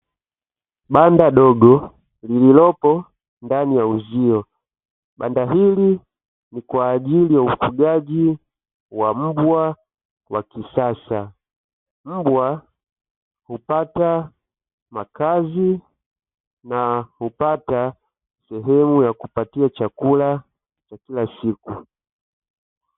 Banda dogo, lililopo ndani ya uzio. Banda hili ni kwa ajili ya ufugaji wa mbwa wa kisasa. Mbwa hupata makazi na hupata sehemu ya kupatia chakula cha kila siku.